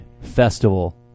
festival